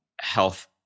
health